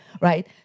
Right